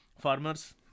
farmers